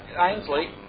Ainsley